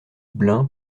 blein